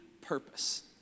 purpose